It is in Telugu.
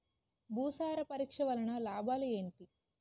భూసార పరీక్ష వలన లాభాలు ఏంటి?